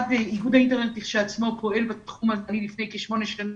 איגוד האינטרנט לכשעצמו פועל בתחום מזה כשמונה שנים,